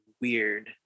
weird